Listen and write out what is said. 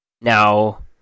Now